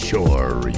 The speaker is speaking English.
Sure